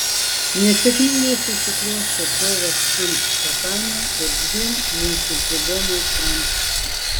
nesėkmingai susiklostė kovos ant tatamio ir dviem mūsų dziudo meistrams